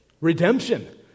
Redemption